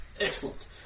Excellent